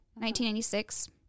1996